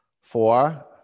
Four